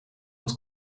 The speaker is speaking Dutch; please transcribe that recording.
het